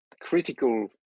critical